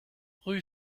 rue